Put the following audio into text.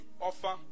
offer